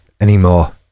anymore